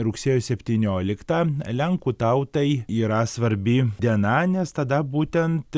rugsėjo septynioliktą lenkų tautai yra svarbi diena nes tada būtent